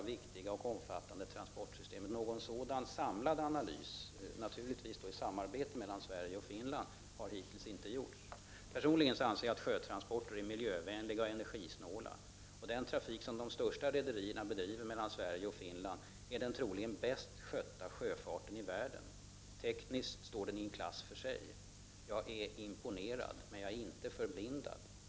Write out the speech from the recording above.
Personligen anser jag att sjötransporter är miljövänliga och energisnåla. Den trafik som de största rederierna bedriver mellan Sverige och Finland är troligen den bäst skötta sjöfarten i världen. Tekniskt står den här färjetrafiken i en klass för sig. Jag är imponerad, men inte förblindad.